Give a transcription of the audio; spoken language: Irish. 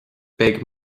beidh